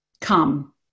Come